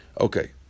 Okay